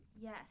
Yes